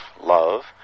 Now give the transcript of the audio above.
Love